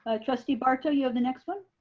ah trustee barto you have the next one.